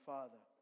Father